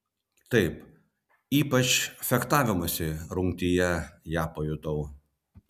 taip ypač fechtavimosi rungtyje ją pajutau